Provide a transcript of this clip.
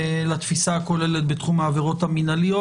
לתפיסה הכוללת בתחום העבירות המינהליות.